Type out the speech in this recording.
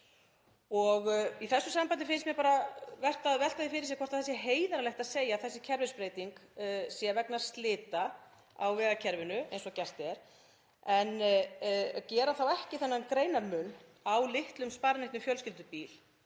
Í þessu sambandi finnst mér vert að velta því fyrir sér hvort það sé heiðarlegt að segja að þessi kerfisbreyting sé vegna slita á vegakerfinu, eins og gert er, en gera þá ekki þennan greinarmun á litlum sparneytnum fjölskyldubíl